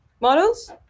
Models